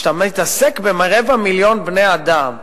כשאתה מתעסק עם רבע מיליון בני-אדם,